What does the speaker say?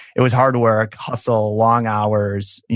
it was hard work, hustle, long hours.